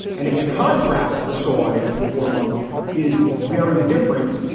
and if the contract for soy in four months is very different,